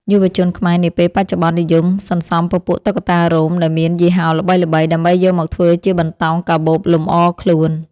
យុវជនខ្មែរនាពេលបច្ចុប្បន្ននិយមសន្សំពពួកតុក្កតារោមដែលមានយីហោល្បីៗ ដើម្បីយកមកធ្វើជាបន្តោងកាបូបលម្អខ្លួន។